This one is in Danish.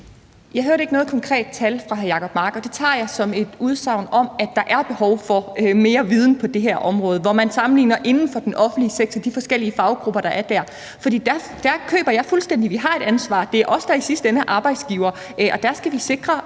Jeg hørte ikke noget konkret tal fra hr. Jacob Mark, og det tager jeg som et udsagn om, at der er behov for mere viden på det her område, hvor man sammenligner inden for den offentlige sektor, altså de forskellige faggrupper, der er dér. For dér køber jeg fuldstændig, at vi har et ansvar. Det er os, der i sidste ende er arbejdsgivere, og vi skal sikre